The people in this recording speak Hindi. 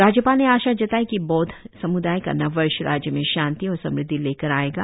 राज्यपाल ने आशा जताई कि बौद्ध सम्दाय का नव वर्ष राज्य में शांति और समृद्धि लेकर आएगा